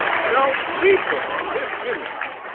shall people this impact.